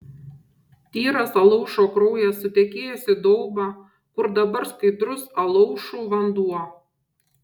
tyras alaušo kraujas sutekėjęs į daubą kur dabar skaidrus alaušų vanduo